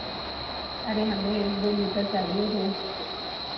अरे हमें एक दो लीटर चाहिए रोज़